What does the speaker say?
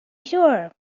sure